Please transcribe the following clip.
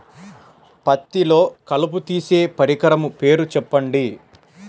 పత్తిలో కలుపు తీసే పరికరము పేరు చెప్పండి